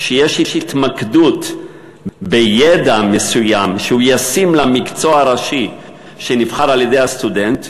כשיש התמקדות בידע מסוים שהוא ישים למקצוע הראשי שנבחר על-ידי הסטודנט,